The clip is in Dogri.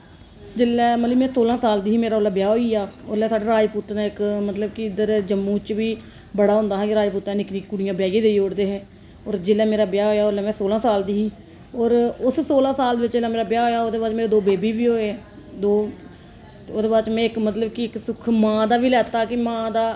जेल्लै मतलब में सोलां साल दी ही मेरा ओल्लै ब्याह् होई गेआ ओल्लै साढ़े राजपूतें दा इक मतलब कि साढ़े जम्मू च बी बड़ा होंदा हा कि राजपूतें च निक्की निक्की कुड़ियां ब्याइयै देई ओड़दे हे होर जेल्लै मेरा ब्याह् होएआ ओल्लै में सोलां साल दी ही ते होर उस सोलां साल बिच्च जेल्लै मेरा ब्याह् होएआ ओह्दे बाद मेरे दो बेबी बी होए दो ते ओह्दे बाद में इक मतलब कि इक सुख मां दा बी लैता मां दा